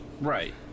right